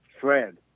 Fred